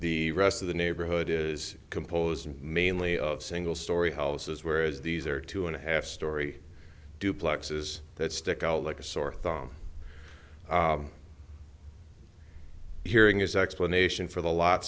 the rest of the neighborhood is composed mainly of single storey houses whereas these are two and a half storey duplex is that stick out like a sore thumb hearing his explanation for the lot